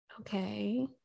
Okay